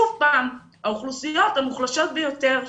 זה שוב האוכלוסיות המוחלשות ביותר,